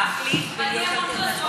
להחליט ולהיות אלטרנטיבה.